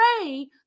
pray